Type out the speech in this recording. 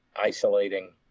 isolating